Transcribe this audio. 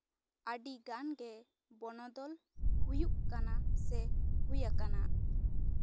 ᱟᱹᱰᱤᱜᱟᱱ ᱜᱮ ᱵᱚᱱᱚᱫᱚᱞ ᱦᱩᱭᱩᱜ ᱠᱟᱱᱟ ᱥᱮ ᱦᱩᱭ ᱟᱠᱟᱱᱟ